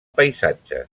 paisatges